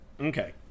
Okay